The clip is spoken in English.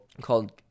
called